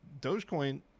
dogecoin